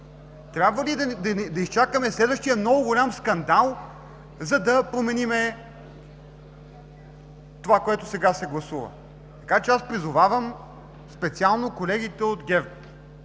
Трябва ли да изчакаме следващия много голям скандал, за да променим това, което сега се гласува? Така че аз призовавам специално колегите от ГЕРБ,